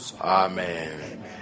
Amen